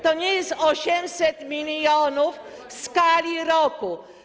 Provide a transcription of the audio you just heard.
To nie jest 800 mln w skali roku.